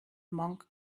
monk